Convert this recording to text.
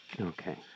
Okay